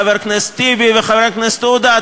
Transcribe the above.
חבר הכנסת טיבי וחבר הכנסת עודה,